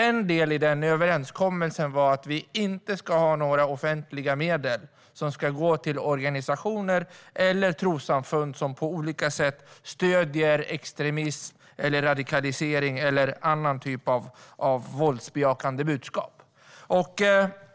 En del i den överenskommelsen var att vi inte ska ha några offentliga medel som går till organisationer eller trossamfund som på olika sätt stöder extremism, radikalisering eller annan typ av våldsbejakande budskap.